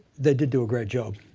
they did do a great job.